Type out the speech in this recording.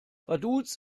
vaduz